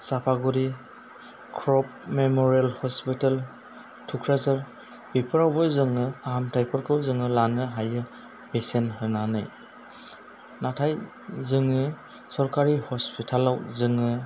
साफागुरि ख्रब मेम'रेल हस्पिटाल थुक्राझार बेफोरावबो जोङो फाहामथायफोरखौ जोङो लानो हायो बेसेन होनानै नाथाय जोङो सरखारि हस्पिटालाव जोङो